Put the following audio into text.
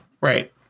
Right